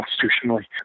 constitutionally